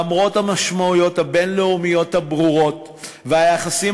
למרות המשמעויות הבין-לאומיות הברורות והיחסים